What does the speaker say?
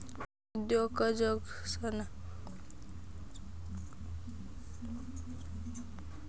साधारण लोकेसले संस्थागत उद्योजकसना बारामा जास्ती माहिती नयी